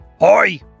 Hi